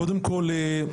קודם כל,